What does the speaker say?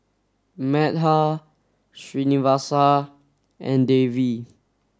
Medha Srinivasa and Devi